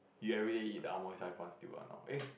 you everyday eat Ah Won cai fan still ah not eh